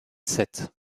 sept